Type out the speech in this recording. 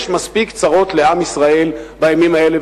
יש מספיק צרות לעם ישראל בימים האלה,